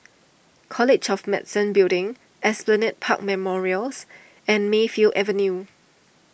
College of Medicine Building Esplanade Park Memorials and Mayfield Avenue